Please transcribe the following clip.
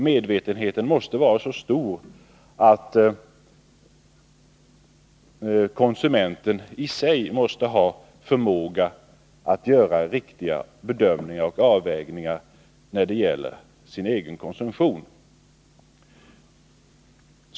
Medvetenheten torde vara så stor att konsumenten kan göra riktiga bedömningar och avvägningar när det gäller sin egen konsumtion.